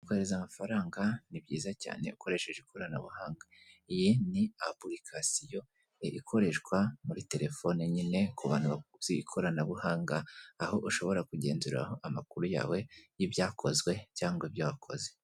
Kohereza amafaranga ni byiza cyane ukoresheje ikoranabuhanga, iyi ni application ikoreshwa muri telefone nyine ku bantu bazi ikoranabuhanga, aho ushobora kugenzura amakuru yawe y'ibyakozwe cyangwa ibyo wakoze.